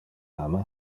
ama